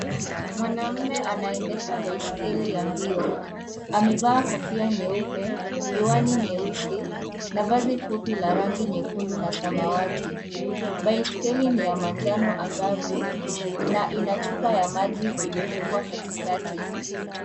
Mwanaume anaendesha baiskeli ya mbio, amevaa kofia nyeupe , miwani nyeusi na vazi fupi la rangi nyekundu na samawati . Baiskeli ni ya manjano angavu na ina chupa ya maji imefungwa katikati.